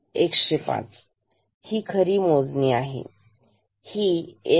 5 10105ही खरी मोजणी आहे ही 1